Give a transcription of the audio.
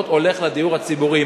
ב"פרזות" הולך לדיור הציבורי,